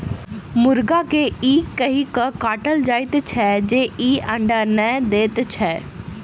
मुर्गा के ई कहि क काटल जाइत छै जे ई अंडा नै दैत छै